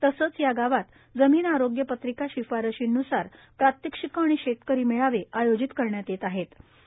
तसंच या गावात जमीन आरोग्य पत्रिका शिफारसीनूसार प्रात्यक्षिकं आणि शप्रकरी मळाव आयोजित करण्यात यव्व आहव्व